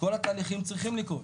כל התהליכים צריכים לקרות.